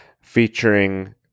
featuring